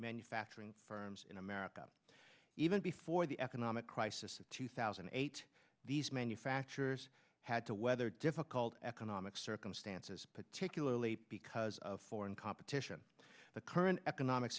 manufacturing firms in america even before the economic crisis of two thousand and eight these manufacturers had to weather difficult economic circumstances particularly because of foreign competition the current economic